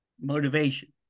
motivation